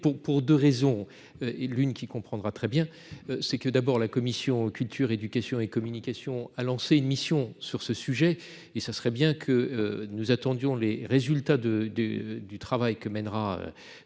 pour 2 raisons, et l'une qui comprendra très bien c'est que d'abord la commission culture, éducation et communication, a lancé une mission sur ce sujet et ça serait bien que nous attendions les résultats de du du travail que mènera